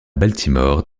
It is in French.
baltimore